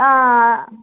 हां